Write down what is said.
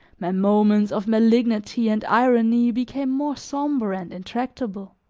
my moments of malignity and irony became more somber and intractable.